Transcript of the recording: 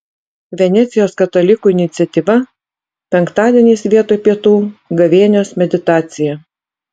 venecijos katalikų iniciatyva penktadieniais vietoj pietų gavėnios meditacija